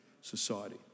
society